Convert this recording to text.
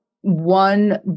one